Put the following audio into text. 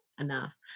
enough